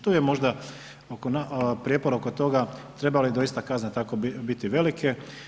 Tu je možda oko, prijepor oko toga treba li doista kazna tako biti velike.